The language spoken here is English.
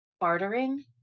bartering